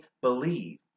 believe